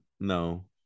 No